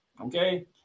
okay